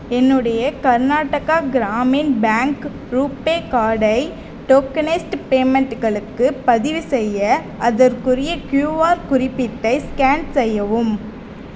என்னுடைய Karnataka Gramin bank RuPay கார்டை tokenised பேமெண்ட்களுக்கு பதிவு செய்ய அதற்குரிய க்யூஆர் குறிப்பீட்டை ஸ்கேன் செய்யவும்